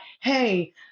hey